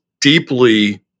deeply